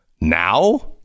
Now